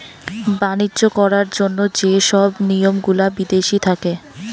বাণিজ্য করার জন্য যে সব নিয়ম গুলা বিদেশি থাকে